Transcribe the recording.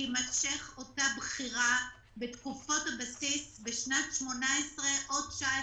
תימשך אותה בחירה בתקופות הבסיס בשנת 18' או 19',